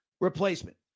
replacement